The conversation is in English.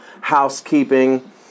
housekeeping